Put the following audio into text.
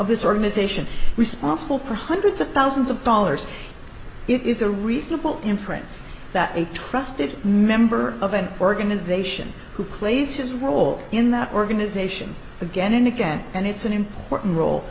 of this organization responsible for hundreds of thousands of dollars it is a reasonable inference that a trusted member of an organization who plays his role in that organization again and again and it's an important role